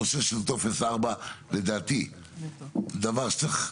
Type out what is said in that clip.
הנושא של טופס 4 לדעתי זה דבר שצריך,